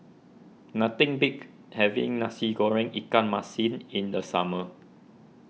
nothing beats having Nasi Goreng Ikan Masin in the summer